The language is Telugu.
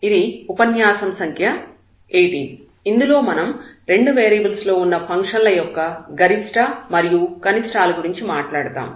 ఇది ఉపన్యాసం సంఖ్య 18 ఇందులో మనం రెండు వేరియబుల్స్ లో ఉన్న ఫంక్షన్ల యొక్క గరిష్ఠ మాగ్జిమా మరియు కనిష్టా మినిమా minima ల గురించి మాట్లాడతాము